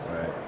right